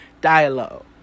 Dialogue